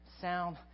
sound